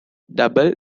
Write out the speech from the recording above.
double